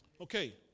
Okay